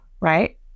Right